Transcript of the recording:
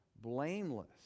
blameless